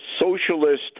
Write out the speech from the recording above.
socialist